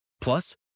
Plus